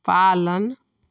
पालन